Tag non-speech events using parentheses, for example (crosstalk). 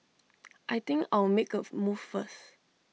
(noise) I think I'll make A move first